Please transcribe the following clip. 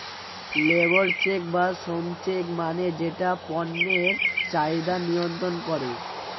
labour check বা শ্রম check মানে যেটা পণ্যের চাহিদা নিয়ন্ত্রন করে